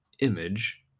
image